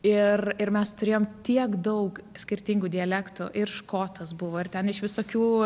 ir ir mes turėjom tiek daug skirtingų dialektų ir škotas buvo ir ten iš visokių